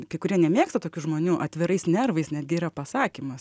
kai kurie nemėgsta tokių žmonių atvirais nervais netgi yra pasakymas